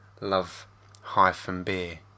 love-beer